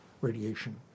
radiation